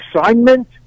assignment